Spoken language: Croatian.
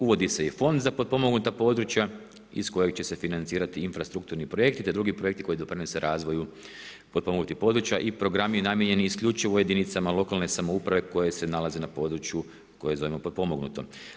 Uvodi se i fond za potpomognuta područja iz kojeg će se financirati infrastrukturni projekti, te drugi projekti koji doprinose razvoju potpomognutih područja i programi namijenjeni isključivo jedinicama lokalne samouprave koje se nalaze na području koje zovemo potpomognuto.